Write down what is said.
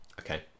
Okay